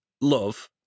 love